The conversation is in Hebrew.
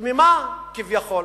תמימה כביכול,